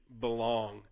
belong